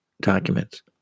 documents